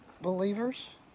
believers